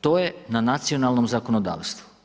to je na nacionalnom zakonodavstvu.